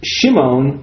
Shimon